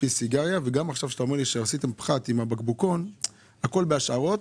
זה שעכשיו עשיתם פחת על הבקבוקון זה הכל בהשערות,